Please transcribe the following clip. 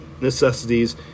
necessities